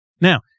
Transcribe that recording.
Now